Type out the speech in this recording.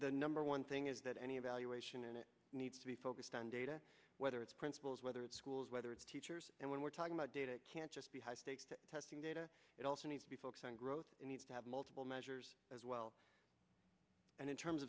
the number one thing is that any evaluation it needs to be focused on data whether it's principals whether it's schools whether it's teachers and when we're talking about data it can't just be testing data it also needs to be focused on growth needs to have multiple measures as well and in terms